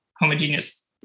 homogeneous